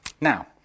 Now